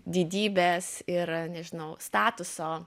didybės ir nežinau statuso